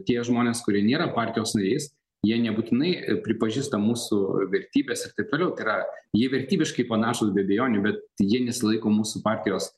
tie žmonės kurie nėra partijos nariais jie nebūtinai pripažįsta mūsų vertybes ir taip toliau tai yra jie vertybiškai panašūs be abejonių bet jie nesilaiko mūsų partijos